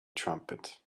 trumpet